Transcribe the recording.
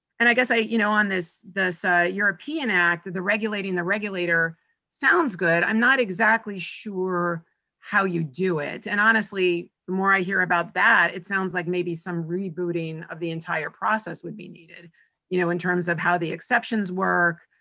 and i guess, you know on this this a european act, regulating the regulator sounds good. i'm not exactly sure how you do it. and, honestly, the more i hear about that, it sounds like maybe some rebooting of the entire process would be needed you know in terms of how the exceptions work.